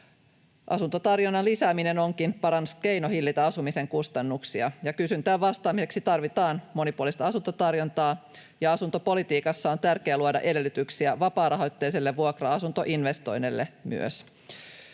Asuntotarjonnan lisääminen onkin paras keino hillitä asumisen kustannuksia. Kysyntään vastaamiseksi tarvitaan monipuolista asuntotarjontaa, ja asuntopolitiikassa on tärkeää luoda edellytyksiä myös vapaarahoitteisille vuokra-asuntoinvestoinneille.